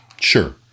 Sure